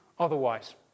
otherwise